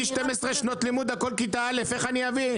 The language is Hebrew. אני 12 שנות לימוד הכל כיתה א' הכל כיתה א'